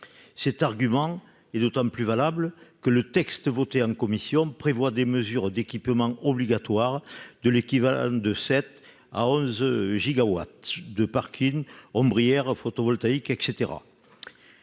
cet argument est d'autant plus valable que le texte voté en commission, prévoit des mesures d'équipement obligatoire de l'équivalent de 7 à 11 gigawatts de parking ombrière photovoltaïque et